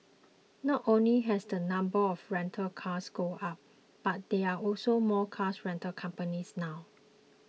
not only has the number of rental cars gone up but there are also more cars rental companies now